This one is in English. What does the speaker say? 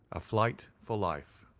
a flight for life.